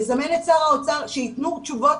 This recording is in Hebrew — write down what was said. לזמן את שר האוצר שיתנו תשובות.